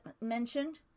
mentioned